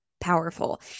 powerful